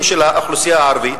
לגבי הצרכים של האוכלוסייה הערבית,